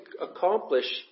accomplish